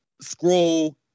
scroll